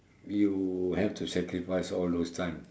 you have to sacrifice all those time